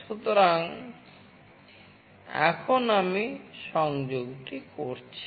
সুতরাং এখন আমি সংযোগটি করছি